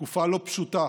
תקופה לא פשוטה